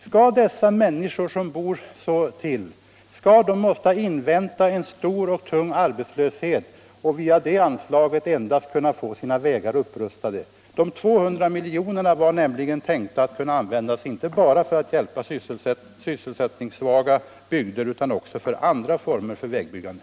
Skall dessa människor behöva invänta en tung arbetslöshet och endast via detta speciella anslag kunna få sina vägar upprustade? De 200 miljonerna var avsedda inte bara för att hjälpa sysselsättningssvaga bygder utan även för andra former av vägbygge.